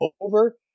over